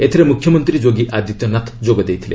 ଏଥିରେ ମୁଖ୍ୟମନ୍ତ୍ରୀ ଯୋଗୀ ଆଦିତ୍ୟନାଥ ଯୋଗ ଦେଇଥିଲେ